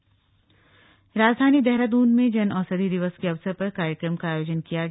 देहरादून जन औषधि दिवस राजधानी देहरादून में जन औषधि दिवस के अवसर पर कार्यक्रम का आयोजन किया गया